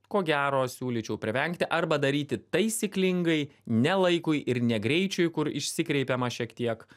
ko gero siūlyčiau privengti arba daryti taisyklingai ne laikui ir ne greičiui kur išsikreipiama šiek tiek